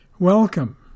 Welcome